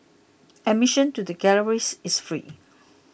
admission to the galleries is free